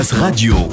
Radio